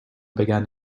began